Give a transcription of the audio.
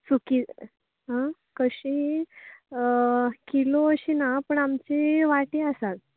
सुकी आं कशीं किलो अशीं ना पूण आमची वाटी आसात